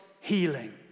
healing